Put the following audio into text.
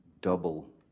double